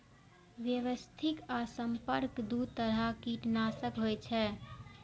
व्यवस्थित आ संपर्क दू तरह कीटनाशक होइ छै